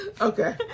Okay